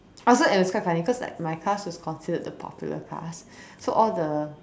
oh so it was quite funny cause like my class is considered the popular class so all the